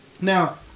Now